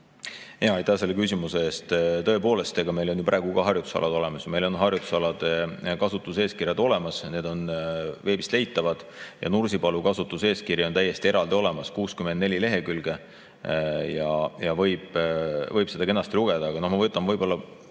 edasi? Aitäh selle küsimuse eest! Tõepoolest, meil on ju praegu ka harjutusalad olemas. Meil on harjutusalade kasutuseeskirjad olemas, need on veebist leitavad. Nursipalu kasutuseeskiri on täiesti eraldi olemas, 64 lehekülge, ja võib seda kenasti lugeda. Aga ma võtan võib-olla